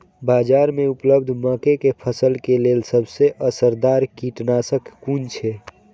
बाज़ार में उपलब्ध मके के फसल के लेल सबसे असरदार कीटनाशक कुन छै?